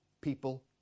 People